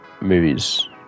Movies